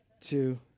two